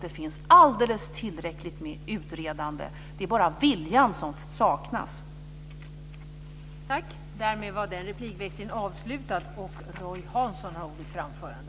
Det finns alldeles tillräckligt med utredande. Det är bara viljan som saknas.